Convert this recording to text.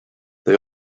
they